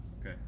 Okay